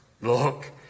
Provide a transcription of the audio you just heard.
Look